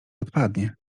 odpadnie